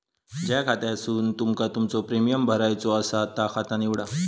ज्या खात्यासून तुमका तुमचो प्रीमियम भरायचो आसा ता खाता निवडा